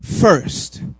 first